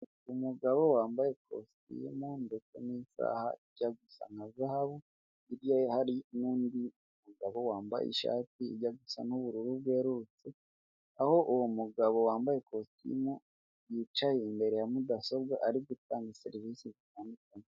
Umugabo wambaye ikositimu ndetse n'isaha ijya gusa nka zahabu hirya ye hari n'undi mugabo wambaye ishati jya gusa n'ubururu bwerurutse, aho uwo mugabo wambaye ikositimu yicaye imbere ya mudasobwa ari gutanga serivisi.